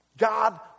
God